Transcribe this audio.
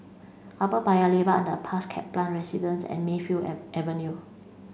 Upper Paya Lebar Underpass Kaplan Residence and Mayfield Avenue